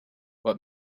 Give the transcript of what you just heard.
what